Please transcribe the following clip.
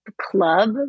Club